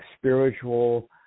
spiritual